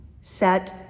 set